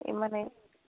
ইমানেই